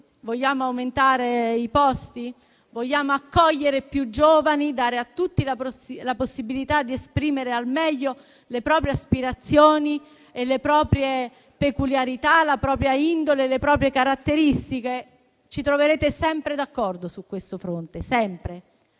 medici, aumentare i posti, accogliere più giovani e dare a tutti la possibilità di esprimere al meglio le proprie aspirazioni, le proprie peculiarità, la propria indole e le proprie caratteristiche? Ci troverete sempre d'accordo su questo fronte, sempre.